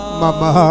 mama